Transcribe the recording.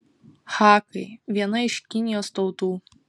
hakai viena iš kinijos tautų